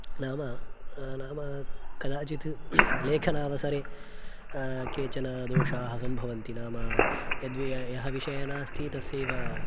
नाम नाम कदाचित् लेखनावसरे केचन दोषाः सम्भवन्ति नाम यद्वि यः विषयः नास्ति तस्यैव